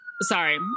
Sorry